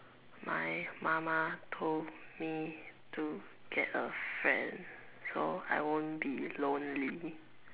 my mama told me to get a friend so I won't be lonely